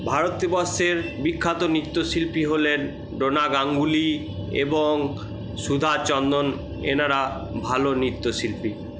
ভারতেবর্ষের বিখ্যাত নৃত্যশিল্পি হলেন ডোনা গাঙ্গুলি এবং সুধা চন্দন এনারা ভালো নৃত্যশিল্পি